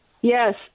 Yes